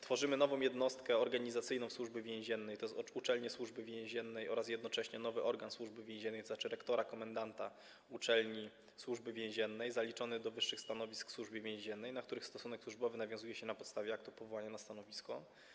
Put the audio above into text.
Tworzymy nową jednostkę organizacyjną w Służbie Więziennej, tj. uczelnie Służby Więziennej oraz jednocześnie nowy organ Służby Więziennej, tzn. rektora komendanta uczelni Służby Więziennej, zaliczony do wyższych stanowisk w Służbie Więziennej, na których stosunek służbowy nawiązuje się na podstawie aktu powołania na stanowisko.